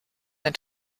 than